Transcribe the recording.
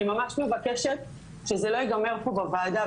אני ממש מבקשת שזה לא ייגמר פה בוועדה,